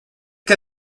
que